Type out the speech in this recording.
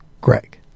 Greg